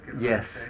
Yes